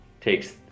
takes